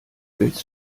willst